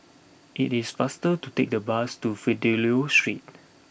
it is faster to take the bus to Fidelio Street